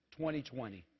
2020